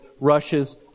rushes